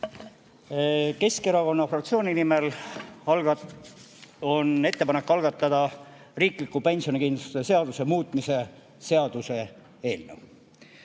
Keskerakonna fraktsioon on [teinud ettepaneku] algatada riikliku pensionikindlustuse seaduse muutmise seaduse eelnõu.